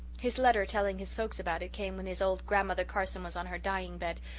his letter, telling his folks about it, came when his old grandmother carson was on her dying-bed.